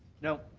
no.